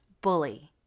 bully